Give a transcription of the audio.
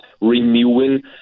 renewing